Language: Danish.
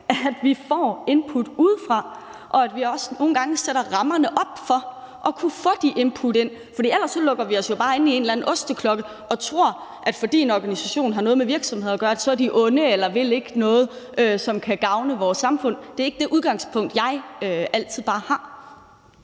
at vi får input udefra, og at vi også nogle gange sætter rammerne op for at kunne få de input ind. For ellers lukker vi os jo bare inde i en eller anden osteklokke og tror, at fordi en organisation har noget med virksomheder at gøre, så er de onde eller vil de ikke noget, som kan gavne vores samfund. Det er ikke det udgangspunkt, jeg altid bare har.